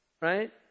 Right